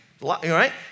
right